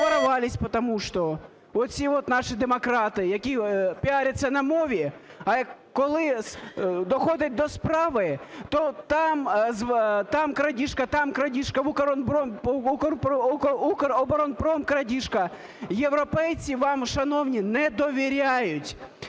Проворовались потому что оці от наші демократи, які піаряться на мові, а коли доходить до справи, то там – там крадіжка, там крадіжка, в "Укроборонпром" крадіжка. Європейці вам, шановні, не довіряють.